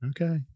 Okay